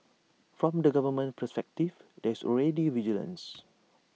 from the government's perspective there's already vigilance